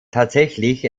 tatsächlich